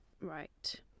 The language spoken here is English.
Right